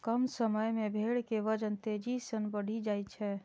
कम समय मे भेड़ के वजन तेजी सं बढ़ि जाइ छै